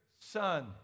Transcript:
son